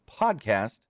podcast